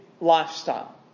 lifestyle